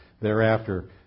thereafter